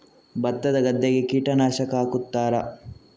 ಭತ್ತದ ಗದ್ದೆಗೆ ಕೀಟನಾಶಕ ಹಾಕುತ್ತಾರಾ?